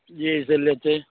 जे अइसे लेतै